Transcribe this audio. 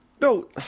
No